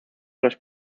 los